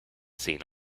seen